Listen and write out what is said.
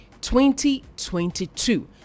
2022